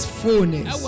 fullness